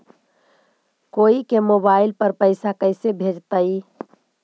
कोई के मोबाईल पर पैसा कैसे भेजइतै?